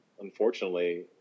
Unfortunately